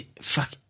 Fuck